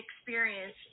experience